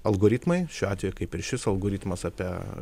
algoritmai šiuo atveju kaip ir šis algoritmas apie